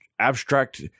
abstract